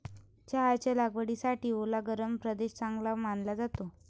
चहाच्या लागवडीसाठी ओला गरम प्रदेश चांगला मानला जातो